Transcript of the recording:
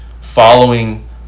following